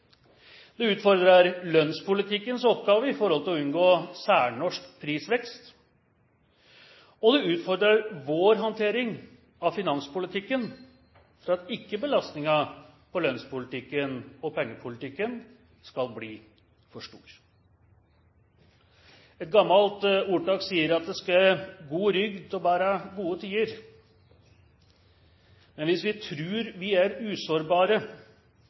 Det utfordrer lønnspolitikkens oppgave i forhold til å unngå særnorsk prisvekst, og det utfordrer vår håndtering av finanspolitikken for at ikke belastningen på lønnspolitikken og pengepolitikken skal bli for stor. Et gammelt ordtak sier at «det skal god rygg til å bære gode tider». Hvis vi tror vi er usårbare,